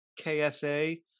KSA